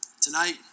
Tonight